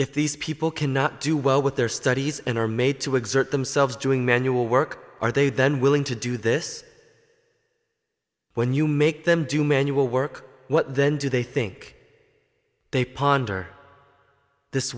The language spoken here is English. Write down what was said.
if these people cannot do well with their studies and are made to exert themselves doing manual work are they then willing to do this when you make them do manual work what then do they think they ponder this